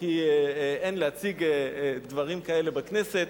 כי אין להציג דברים כאלה בכנסת,